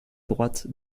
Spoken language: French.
droite